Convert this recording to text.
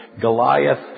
Goliath